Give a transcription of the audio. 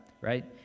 right